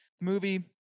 Movie